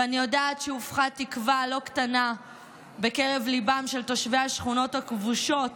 ואני יודעת שהופחה תקווה לא קטנה בקרב ליבם של תושבי השכונות הכבושות,